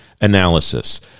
analysis